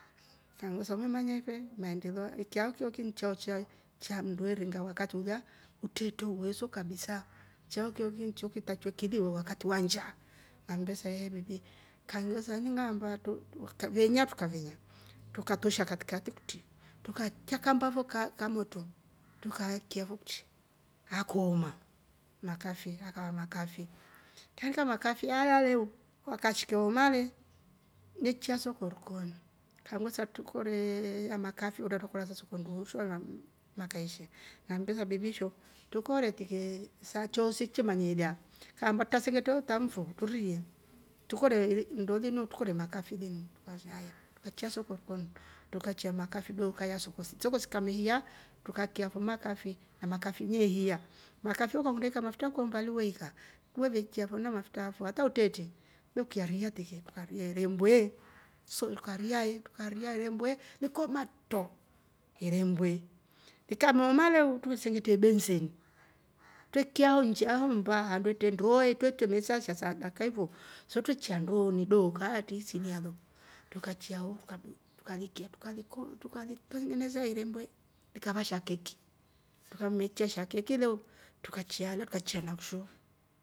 Ngammbesa umemamnya ife maendeleo chaocho ncha mndu eringa wakati ulya utretee uweso kabisa chao choochi kitakiwe kile wakati wa nnjaa. kangivesa ini ngaamba atro we venya truka venya truka torshia kati kati kutri tukaikya kamba fo ka- kwa motro trukaakya fo kutri akooma makafi akava makafi, kaindika makafi alaya yakameshike ooma le neichya soko rikoni kanvesa trukoree ah makafi au twre kora makafi au soko nduuhu sho la makaeshi, ngammbesha bibi sho tukore tiki saa chooshe twe manya ilyaa kaamba utrasengete utamu fo turie tukore nndo linu tukore makafi linu tukafua haya tukaikya soko rikoni trukaichya makafi dooka ya soko. soko sikameeiya tukaikya fo makafi na makfi yeehiya, makafi ukakolya mafutra kwa mbaali weeikya truleve ikya na mafutra afo hata utrete we ukariiya tiki, tukaria irembwe likooma troo irembwe ikamooma leu twre isengetria ibenseni twre ikya homba hatr etre ndoo twetre mesa sha dakika hioyi fo so tweeikya ndooni dooka atri isinia lo, trukaikya tukaliko- tukalitrengenesa irembwe likava sha keki trukameikya sha keki le trukaikya haly ana kishuu